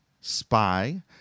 spy